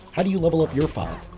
how do you level up your five?